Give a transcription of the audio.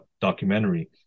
documentary